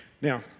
Now